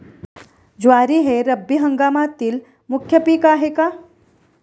ज्वारी हे रब्बी हंगामातील मुख्य पीक आहे का?